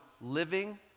living